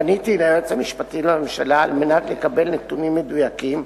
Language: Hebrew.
פניתי אל היועץ המשפטי לממשלה על מנת לקבל נתונים מדויקים,